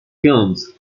films